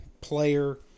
player